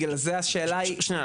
בגלל זה השאלה היא --- שנייה,